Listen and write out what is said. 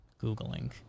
Googling